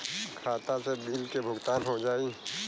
खाता से बिल के भुगतान हो जाई?